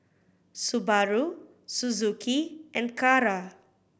Subaru Suzuki and Kara